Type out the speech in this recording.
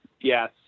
Yes